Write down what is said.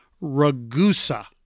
Ragusa